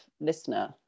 listener